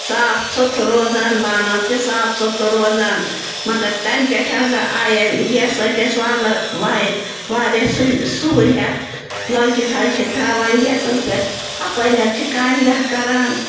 صاف سُتھر روزان بانہٕ حظ چھِ صاف سُتھر روزان مگر تَنہِ پٮ۪ٹھ حظ آیہِ اَمہِ گیسہٕ سۭتۍ اَسہِ واریاہ سہوٗلِیت لٲگِتھ حظ چھِ تھاوان گیسَس پٮ۪ٹھ ہُپٲرۍ حظ چھِ کامہِ دَہ کران